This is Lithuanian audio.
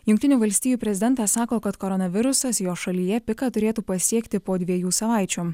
jungtinių valstijų prezidentas sako kad koronavirusas jo šalyje piką turėtų pasiekti po dviejų savaičių